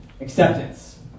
acceptance